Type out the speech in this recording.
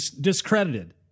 discredited